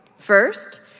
first,